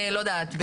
לא יודעת,